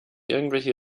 irgendwelche